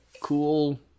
cool